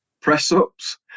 press-ups